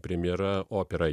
premjera opera